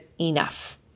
enough